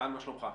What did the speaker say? רן, מה שלומך?